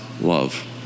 love